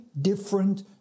different